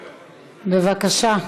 בבקשה.